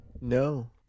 No